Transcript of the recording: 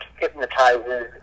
hypnotizes